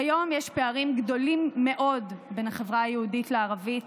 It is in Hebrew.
כיום יש פערים גדולים מאוד בין החברה היהודית לערבית,